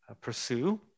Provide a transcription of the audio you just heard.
pursue